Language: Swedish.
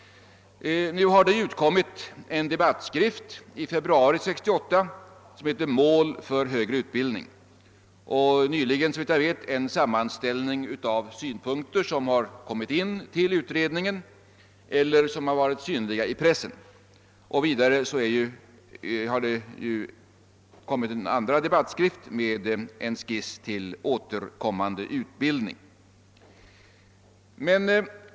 Det har utkommit en debattskrift i februari 1968, >Målet för den högre utbildningen», och en sammanställning av synpunkter som förts fram till utredningen eller publicerats i pressen, och vidare har det utgivits en debattskrift med en skiss till återkommande utbildning.